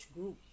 group